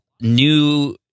new